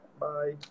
Bye